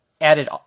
added